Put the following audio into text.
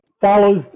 follows